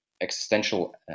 existential